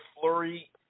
flurry